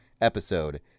episode